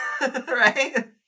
right